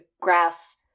grass